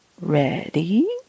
Ready